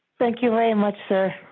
thank you very much sir.